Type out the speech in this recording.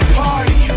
party